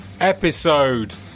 episode